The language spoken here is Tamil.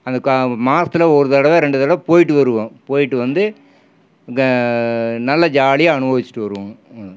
அங்கே மாசத்தில் ஒரு தடவை ரெண்டு தடவை போய்ட்டு வருவோம் போய்ட்டு வந்து நல்லா ஜாலியாக அனுபவிச்சிவிட்டு வருவோம்ங்க